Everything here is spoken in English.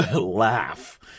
laugh